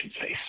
face